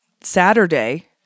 Saturday